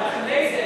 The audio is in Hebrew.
הם לא,